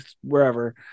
wherever